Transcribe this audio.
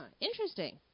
interesting